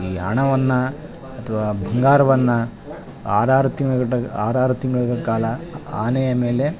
ಹಣವನ್ನು ಅಥ್ವಾ ಬಂಗಾರವನ್ನ ಆರಾರು ತಿಂಗಳ್ಗಟ್ಟ ಆರಾರು ತಿಂಗ್ಳ್ಕಾಲ ಆನೆಯ ಮೇಲೆ